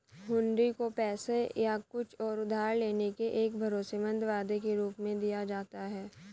हुंडी को पैसे या कुछ और उधार लेने के एक भरोसेमंद वादे के रूप में दिया जाता है